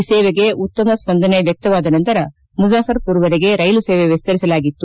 ಈ ಸೇವೆಗೆ ಉತ್ತಮ ಸ್ಪಂದನೆ ವ್ಯಕ್ತವಾದ ನಂತರ ಮುಜಾಫರ್ಮರ್ ವರೆಗೆ ರೈಲು ಸೇವೆ ವಿಸ್ತರಿಸಲಾಗಿತ್ತು